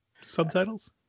subtitles